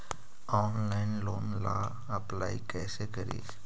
Online loan ला apply कैसे करी?